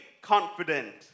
confident